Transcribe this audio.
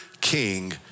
king